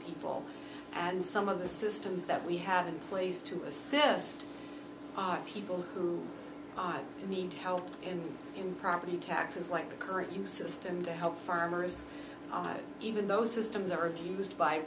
people and some of the systems that we have in place to assist people who need help and property taxes like the current you system to help farmers even those systems are used by